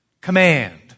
command